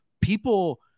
people